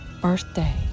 birthday